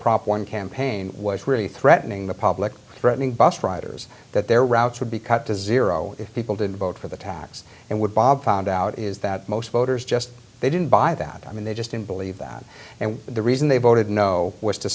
prop one campaign was really threatening the public threatening bus riders that their routes would be cut to zero if people didn't vote for the tax and would bob found out is that most voters just they didn't buy that i mean they just didn't believe that and the reason they voted no was to